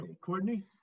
Courtney